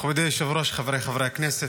כבוד היושב-ראש, חבריי חברי הכנסת,